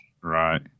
Right